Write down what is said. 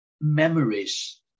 memories